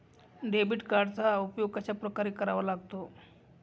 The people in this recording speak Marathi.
डेबिट कार्डचा उपयोग कशाप्रकारे करावा लागतो?